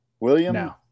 William